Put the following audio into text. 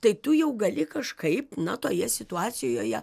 tai tu jau gali kažkaip na toje situacijoje